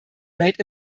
made